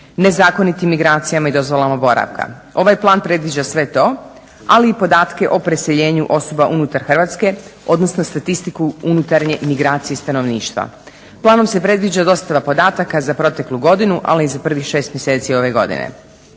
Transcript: nezakonitim migracijama i dozvolama boravka. Ovaj plan predviđa sve to, ali i podatke o preseljenju osoba unutar Hrvatske, odnosno statistiku unutarnje migracije stanovništva. Planom se predviđa dostava podataka za proteklu godinu, ali i za prvih šest mjeseci ove godine.